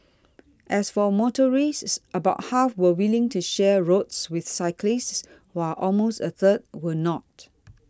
as for motorists about half were willing to share roads with cyclists while almost a third were not